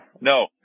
No